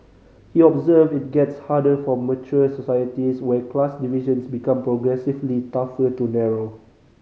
he observed it gets harder for mature societies where class divisions become progressively tougher to narrow